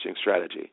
strategy